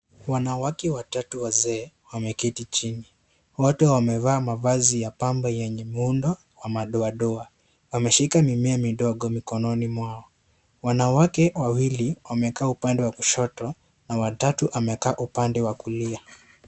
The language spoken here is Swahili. Wanawake watatu wazee wameketi chini. Wote wamevaa mavazi ya pambo yenye muundo wa madoa doa. Wameshika mimea midogo mikononi mwao. Wanawake wawili wamekaa upande wa kushoto na wa tatu amekaa upande wa kulia.